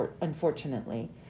unfortunately